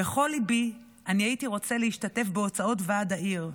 "בכל ליבי אני הייתי רוצה להשתתף בהוצאות ועד העיר,